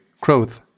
growth